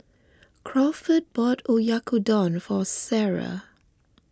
Crawford bought Oyakodon for Sarai